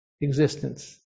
existence